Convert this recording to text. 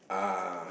uh